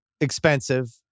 Expensive